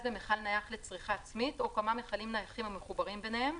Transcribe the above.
במכל נייח לצריכה עצמית או כמה מכלים נייחים המחוברים ביניהם,